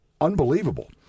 unbelievable